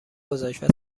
گذاشت